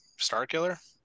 Starkiller